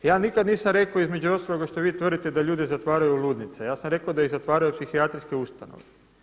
Ja nikada nisam rekao između ostaloga što vi tvrdite da ljude zatvaraju u ludnice, ja sam rekao da ih zatvaraju u psihijatrijske ustanove.